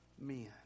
men